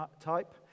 type